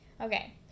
Okay